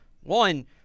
One